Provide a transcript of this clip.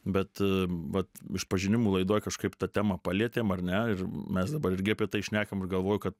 bet vat išpažinimų laidoj kažkaip tą temą palietėm ar ne ir mes dabar irgi apie tai šnekam ir galvoju kad